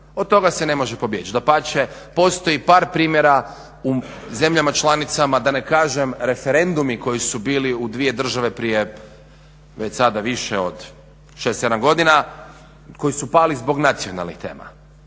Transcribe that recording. Od toga se ne može pobjeći. Dapače, postoji par primjera u zemljama članicama da ne kažem referendumu koji su bili u dvije države prije već sada više od šest, sedam godina koji su pali zbog nacionalnih tema.